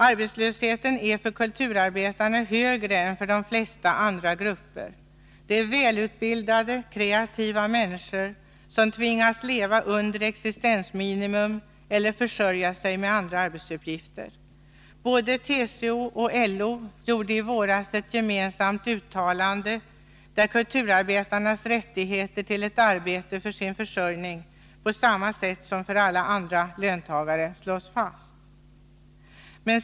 Arbetslösheten är för kulturarbetarna högre än för de flesta andra grupper. Välutbildade, kreativa människor tvingas leva under existensminimum eller försörja sig med andra arbetsuppgifter. TCO och LO gjorde i våras ett gemensamt uttalande, där kulturarbetarnas rätt till ett arbete för sin försörjning på samma sätt som alla andra löntagares slås fast.